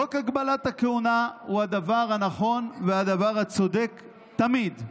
חוק הגבלת הכהונה הוא הדבר הנכון והדבר הצודק תמיד.